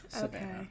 okay